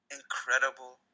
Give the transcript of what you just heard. incredible